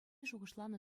шухӑшланӑ